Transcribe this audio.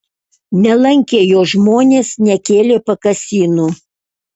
nelankė jo žmonės nekėlė pakasynų